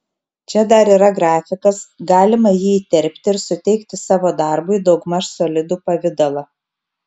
čia dar yra grafikas galima jį įterpti ir suteikti savo darbui daugmaž solidų pavidalą